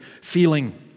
feeling